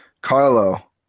Carlo